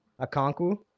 Akonku